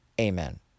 Amen